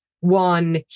one